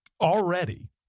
already